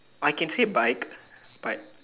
I can say bike but